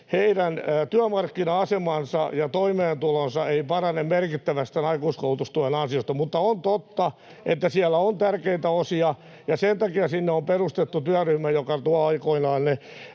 heidän työmarkkina-asemansa ja toimeentulonsa ei parane merkittävästi tämän aikuiskoulutustuen ansiosta. [Antti Lindtman: Opettajat!] Mutta on totta, että siellä on tärkeitä osia, ja sen takia on perustettu työryhmä, joka tuo aikanaan ne